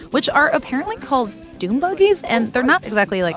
which are apparently called doom buggies. and they're not exactly, like,